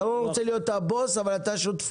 אתה לא רוצה להיות הבוס אבל שותפויות.